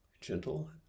Gentle